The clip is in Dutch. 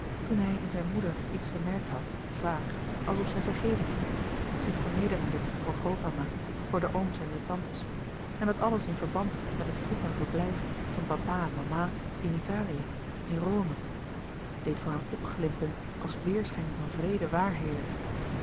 toen hij in zijn moeder iets gemerkt had vaag alsof zij vergeving vroeg zich vernederende voor grootmama voor de ooms en de tantes en dat alles in verband met het vroeger verblijf van papa en mama in italië in rome deed voor hem opglimpen als weêrschijn van wreede waarheden